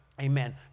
Amen